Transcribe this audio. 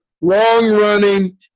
Long-running